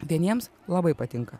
vieniems labai patinka